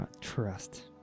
Trust